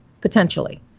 potentially